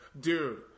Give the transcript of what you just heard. Dude